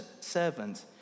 servant